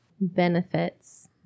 benefits